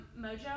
Mojo